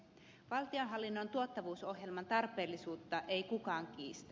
valtionhallinnon tuottavuusohjelman tarpeellisuutta ei kukaan kiistä